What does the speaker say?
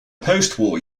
postwar